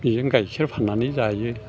बेजों गाइखेर फान्नानै जायो